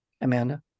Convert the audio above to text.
Amanda